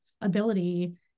ability